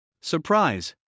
Surprise